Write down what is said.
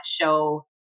show